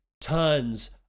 tons